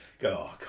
go